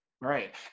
Right